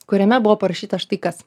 kuriame buvo parašyta štai kas